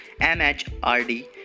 MHRD